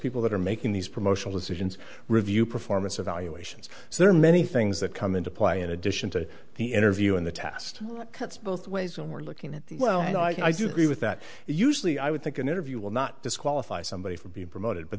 people that are making these promotional decisions review performance evaluations so there are many things that come into play in addition to the interview and the tast cuts both ways when we're looking at the well and i do agree with that usually i would think an interview will not disqualify somebody from being promoted but